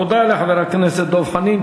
תודה לחבר הכנסת דב חנין.